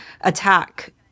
Attack